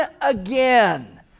again